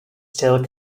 still